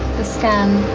the scan.